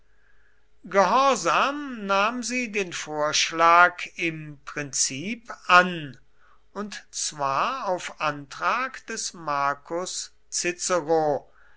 gehorsam nahm sie den vorschlag im prinzip an und zwar auf antrag des marcus cicero